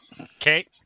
Okay